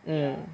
mm